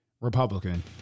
Republican